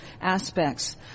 aspects